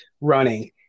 running